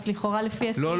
אז לכאורה לפי --- לא,